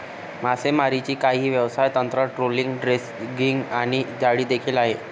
मासेमारीची काही व्यवसाय तंत्र, ट्रोलिंग, ड्रॅगिंग आणि जाळी देखील आहे